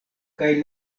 kaj